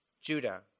Judah